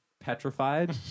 petrified